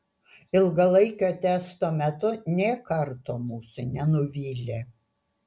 ilgalaikio testo metu nė karto mūsų nenuvylė